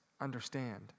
understand